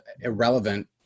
irrelevant